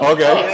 Okay